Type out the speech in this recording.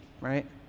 Right